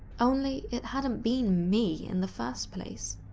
only, it hadn't been me in the first place.